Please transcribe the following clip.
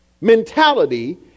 mentality